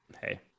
hey